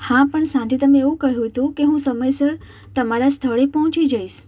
હા પણ સાંજે તમે એવું કહ્યું તું કે હું સમયસર તમારા સ્થળે પહોંચી જઈશ